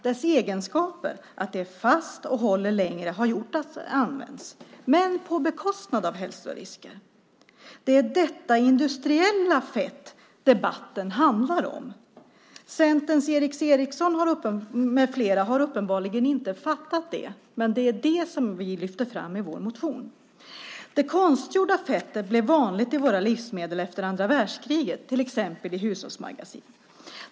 Dess egenskaper, att det är fast och håller längre, har gjort att det har använts, men till priset av hälsorisker. Det är detta industriella fett debatten handlar om. Centerns Erik A Eriksson med flera har uppenbarligen inte fattat det, men det är det som vi lyfter fram i vår motion. Det konstgjorda fettet blev vanligt i våra livsmedel efter andra världskriget, till exempel i hushållsmargarin.